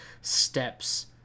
steps